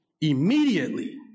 immediately